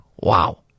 Wow